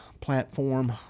platform